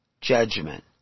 judgment